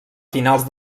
finals